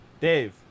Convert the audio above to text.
Dave